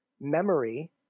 memory